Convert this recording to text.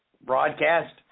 broadcast